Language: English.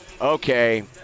okay